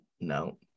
No